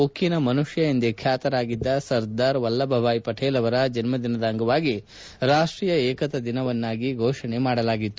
ಉಕ್ಕನ ಮನುಷ್ಕ ಎಂದೇ ಬ್ಯಾತರಾಗಿದ್ದ ಸರ್ದಾರ್ ವಲ್ಲಭ ಭಾಯ್ ಪಟೇಲ್ ಅವರ ಜನ್ದಿನದ ಅಂಗವಾಗಿ ರಾಷ್ಟೀಯ ಏಕತಾ ದಿನವನ್ನಾಗಿ ಫೋಪಣೆ ಮಾಡಿತ್ತು